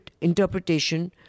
interpretation